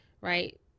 right